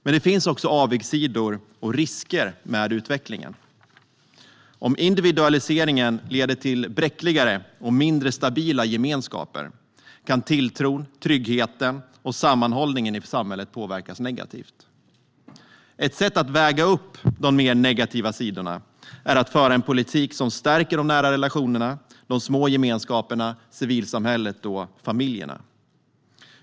Men det finns också avigsidor och risker med utvecklingen. Om individualiseringen leder till bräckligare och mindre stabila gemenskaper kan tilltron, tryggheten och sammanhållningen i samhället påverkas negativt. Ett sätt att väga upp de mer negativa sidorna är att föra en politik som stärker de nära relationerna, de små gemenskaperna, civilsamhället och familjerna.